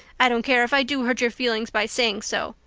i don't care if i do hurt your feelings by saying so!